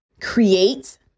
create